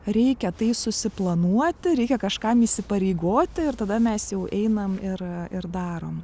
reikia tai susiplanuoti reikia kažkam įsipareigoti ir tada mes jau einam ir ir darom